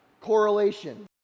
correlation